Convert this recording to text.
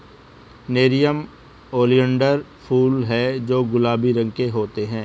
nerium ओलियंडर फूल हैं जो गुलाबी रंग के होते हैं